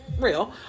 real